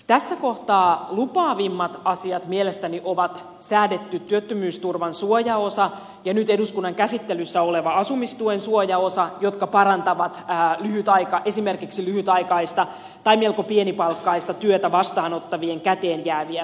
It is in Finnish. tässä kohtaa lupaavimmat asiat mielestäni ovat säädetty työttömyysturvan suojaosa ja nyt eduskunnan käsittelyssä oleva asumistuen suojaosa jotka parantavat esimerkiksi lyhytaikaista tai melko pienipalkkaista työtä vastaanottavien käteenjääviä tuloja